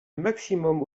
maximum